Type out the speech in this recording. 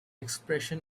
expression